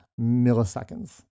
milliseconds